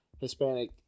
Hispanic